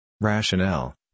Rationale